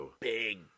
big